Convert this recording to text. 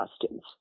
costumes